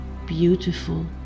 beautiful